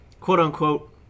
quote-unquote